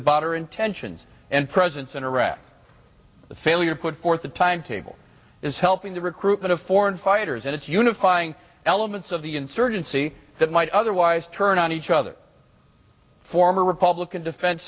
about our intentions and presence in iraq the failure to put forth a timetable is helping the recruitment of foreign fighters and it's unifying elements of the insurgency that might otherwise turn on each other former republican defense